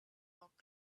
rock